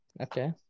Okay